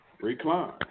recline